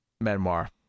memoir